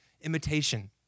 imitation